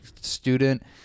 student